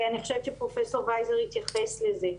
ואני חושבת פרופ' וייזר התייחס לזה.